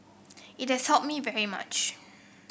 it has helped me very much